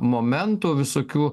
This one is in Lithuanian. momentų visokių